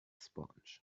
sponge